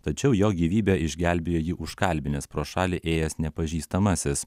tačiau jo gyvybę išgelbėjo jį užkalbinęs pro šalį ėjęs nepažįstamasis